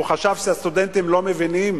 הוא חשב שהסטודנטים לא מבינים